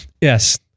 Yes